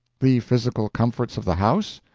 the physical comforts of the house?